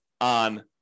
on